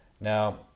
now